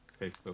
facebook